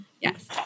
Yes